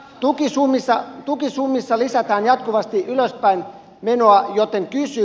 tukisummissa lisätään jatkuvasti ylöspäin menoa joten kysyn